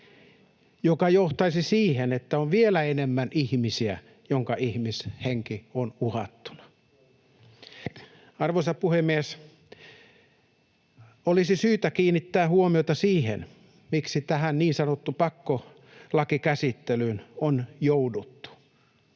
mikä johtaisi siihen, että on vielä enemmän ihmisiä, joiden henki on uhattuna. Arvoisa puhemies! Olisi syytä kiinnittää huomiota siihen, miksi tähän niin sanottuun pakkolakikäsittelyyn on jouduttu.